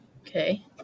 Okay